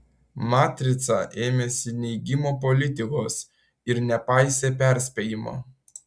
matrica ėmėsi neigimo politikos ir nepaisė perspėjimo